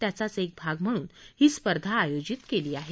त्याचाच एक भाग म्हणून ही स्पर्धा आयोजित केली आहे